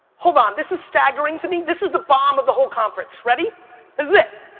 hold on, this is staggering to me. this is the bomb of the whole conference. ready? this is it!